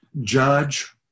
judge